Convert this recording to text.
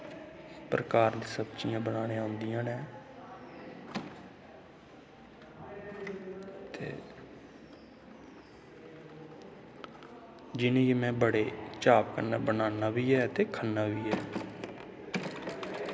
प्रकार दी सब्जियां बनाने औंदियां न ते जि'नें गी में बड़े चाऽ कन्नै बनान्ना बी ऐं ते